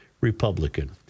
Republican